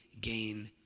gain